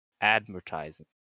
Advertising